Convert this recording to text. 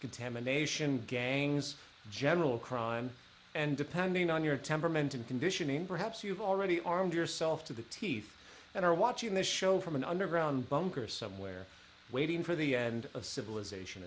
contamination gangs general crime and depending on your temperament and conditioning perhaps you've already armed yourself to the teeth and are watching this show from an underground bunker somewhere waiting for the end of civilization